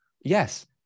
Yes